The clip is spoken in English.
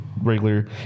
regular